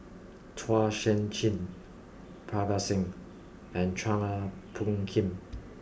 Chua Sian Chin Parga Singh and Chua Phung Kim